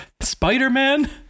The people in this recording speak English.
Spider-Man